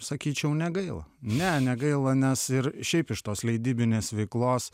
sakyčiau negaila ne negaila nes ir šiaip iš tos leidybinės veiklos